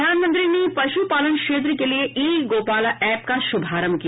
प्रधानमंत्री ने पशुपालन क्षेत्र के लिए ई गोपाला ऐप का शुभारम्भ किया